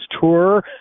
Tour